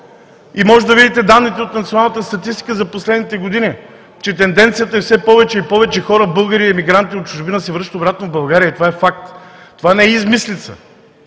Можете да видите данните от националната статистика за последните години, че тенденцията е все повече и повече хора българи – емигранти от чужбина, да се връщат обратно в България. Това е факт, това не е измислица.